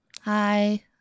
Hi